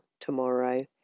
tomorrow